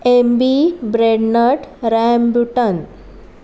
M B ब्रॅडनट rambutan